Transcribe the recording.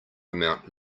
amount